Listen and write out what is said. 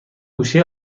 گوشه